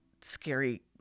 scary